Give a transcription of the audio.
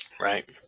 Right